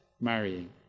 marrying